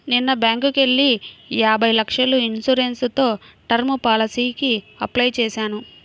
నిన్న బ్యేంకుకెళ్ళి యాభై లక్షల ఇన్సూరెన్స్ తో టర్మ్ పాలసీకి అప్లై చేశాను